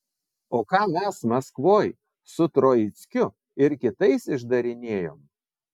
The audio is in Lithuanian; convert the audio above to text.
o ką mes maskvoj su troickiu ir kitais išdarinėjom